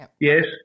yes